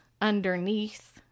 underneath